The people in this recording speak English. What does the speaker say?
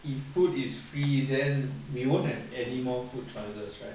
if food is free then we won't have any more food choices right